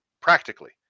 practically